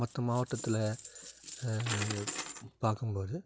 மற்ற மாவட்டத்தில் பார்க்கும் போது